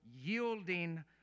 yielding